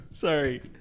Sorry